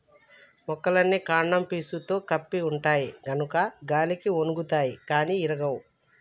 మొక్కలన్నీ కాండం పీసుతో కప్పి ఉంటాయి గనుక గాలికి ఒన్గుతాయి గాని ఇరగవు